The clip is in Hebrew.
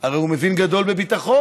הרי הוא מבין גדול בביטחון,